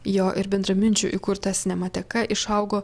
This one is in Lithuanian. jo ir bendraminčių įkurtas nemateka išaugo